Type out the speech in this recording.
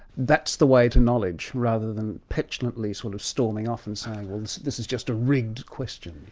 that's the way to knowledge rather than petulantly sort of storming off and saying, well this this is just a rigged question.